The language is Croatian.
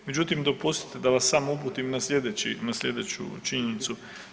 Međutim, dopustite da vas samo uputim na sljedeću činjenicu.